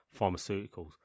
pharmaceuticals